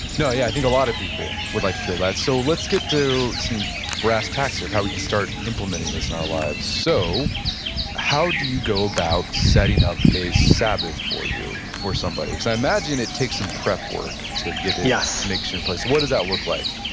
no, yeah, i think a lot of people would like to feel that. so let's get to some brass tacks of how we can start implementing this in our lives. so how do you go about setting up a sabbath for somebody because i imagine it takes some prep work to get it yes, make sure in place. what does that look like?